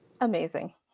amazing